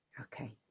Okay